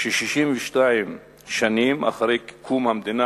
ש-62 שנים אחרי קום המדינה,